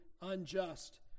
unjust